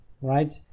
right